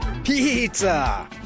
Pizza